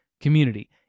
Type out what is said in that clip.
community